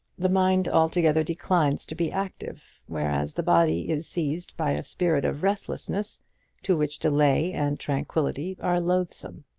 the mind altogether declines to be active, whereas the body is seized by a spirit of restlessness to which delay and tranquillity are loathsome.